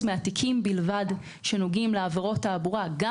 6% בלבד מהתיקים שנוגעים לעבירות תעבורה גם